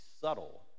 subtle